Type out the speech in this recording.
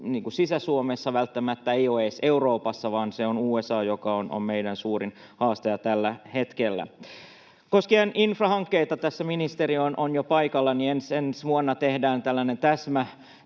eivät ole välttämättä edes Euroopassa, vaan se on USA, joka on meidän suurin haastaja tällä hetkellä. Koskien infrahankkeita — tässä ministeri on jo paikalla — ensi vuonna tehdään näiden